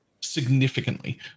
Significantly